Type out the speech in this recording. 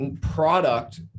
product